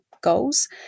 goals